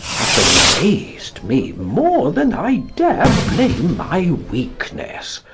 hath amaz'd me more than i dare blame my weakness.